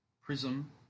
Prism